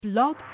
Blog